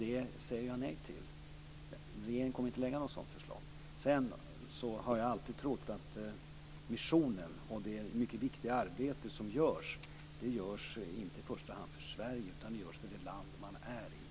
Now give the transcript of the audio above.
Det säger jag nej till. Regeringen kommer inte att lägga fram något sådant förslag. Sedan har jag alltid trott att det mycket viktiga arbete som görs inom missionen inte görs i första hand för Sverige utan för det land som man vistas i.